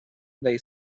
they